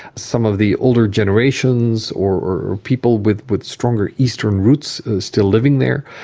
some of the older generations or people with with stronger eastern roots still living there.